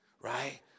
Right